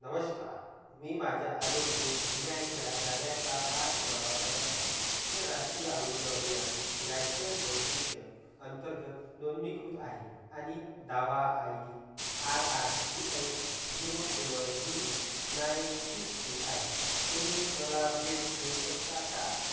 नमस्कार मी माझ्या आरोग्यविम्याच्या दाव्याचा पाठपुरावा करत आहे हे राष्ट्रीय आरोग्य अभियान नॅशनल हेल्थ मिशन अंतर्गत नोंदणीकृत आहे आणि दावा I D R R D X zero seven zero nine six two आहे तुम्ही मला अपडेट देऊ शकता का